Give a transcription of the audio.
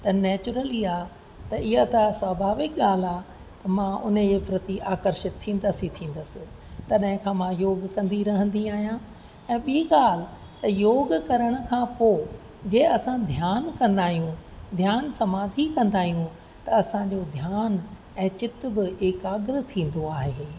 त नेचुरली आहे त इहा त स्वभाविक ॻाल्हि आहे त मां उन जे प्रति आकर्षित थींदसि ई थींदसि तॾहिं खां मां योगु कंदी रहंदी आहियां ऐं ॿी ॻाल्हि त योग करण खां पोइ जे असां ध्यानु कंदा आहियूं ध्यानु समाधि कंदा आहियूं त असांजो ध्यानु ऐं चित बि एकाग्रत थींदो आहे